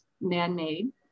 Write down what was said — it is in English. man-made